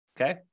okay